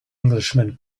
englishman